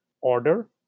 order